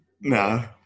no